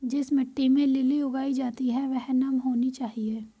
जिस मिट्टी में लिली उगाई जाती है वह नम होनी चाहिए